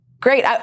Great